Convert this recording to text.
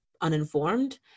uninformed